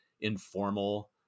informal